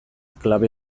klabe